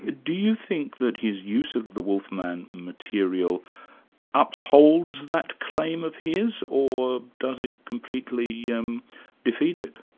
ah do you think that his use of the wolf man material upholds that claim of his, or does it completely yeah um defeat it?